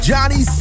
Johnny